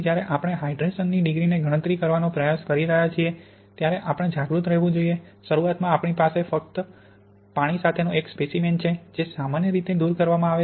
તેથી જ્યારે આપણે હાઇડ્રેશનની ડિગ્રીની ગણતરી કરવાનો પ્રયાસ કરી રહ્યા છીએ ત્યારે આપણે જાગૃત રહેવું જોઈએ શરૂઆતમાં આપણી પાસે મફત પાણી સાથેનો એક સ્પેસીમેન છે જે સામાન્ય રીતે દૂર કરવામાં આવે છે